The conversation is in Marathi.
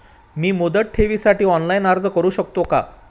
मी मुदत ठेवीसाठी ऑनलाइन अर्ज करू शकतो का?